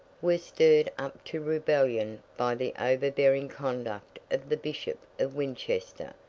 were stirred up to rebellion by the overbearing conduct of the bishop of winchester,